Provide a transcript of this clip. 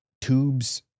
tubes